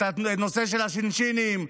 את הנושא של הש"שינים,